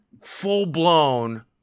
full-blown